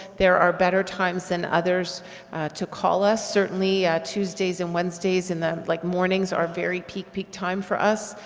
there are better times than others to call us, certainly tuesdays and wednesdays in the like mornings are very peak peak times for us,